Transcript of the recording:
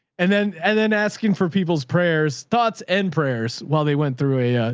and then, and then asking for people's prayers, thoughts and prayers while they went through a,